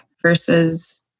versus